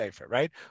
right